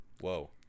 Whoa